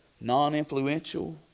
non-influential